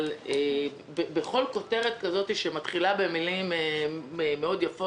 אבל בכל כותרת כזאת שמתחילה במילים יפות מאוד,